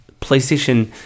PlayStation